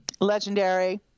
Legendary